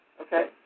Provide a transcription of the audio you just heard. Okay